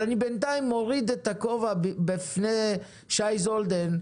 בינתיים אני מוריד את הכובע בפני שי זולדן,